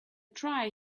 try